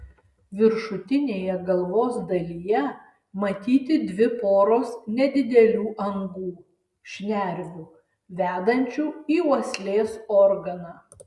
viršutinėje galvos dalyje matyti dvi poros nedidelių angų šnervių vedančių į uoslės organą